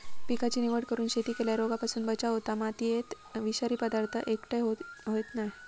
पिकाची निवड करून शेती केल्यार रोगांपासून बचाव होता, मातयेत विषारी पदार्थ एकटय होयत नाय